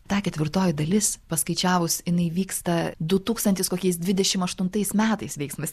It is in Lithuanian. ta ketvirtoji dalis paskaičiavus jinai vyksta du tūkstantis kokiais dvidešim aštuntais metais veiksmas